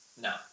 no